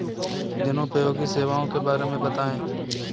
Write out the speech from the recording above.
जनोपयोगी सेवाओं के बारे में बताएँ?